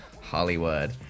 Hollywood